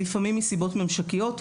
לפעמים מסיבות ממשקיות,